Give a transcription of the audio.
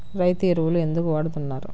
రైతు ఎరువులు ఎందుకు వాడుతున్నారు?